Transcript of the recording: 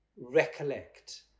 recollect